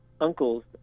uncles